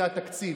זה התקציב.